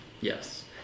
Yes